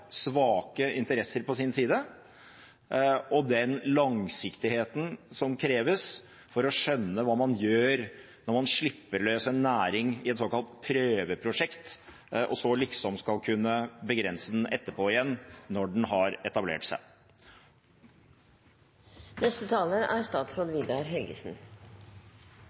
svake interesser på sin side, og den langsiktigheten som kreves for å skjønne hva man gjør når man slipper løs en næring i et såkalt prøveprosjekt og så liksom skal kunne begrense den etterpå, når den har etablert seg. Først må jeg si at jeg er